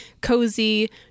cozy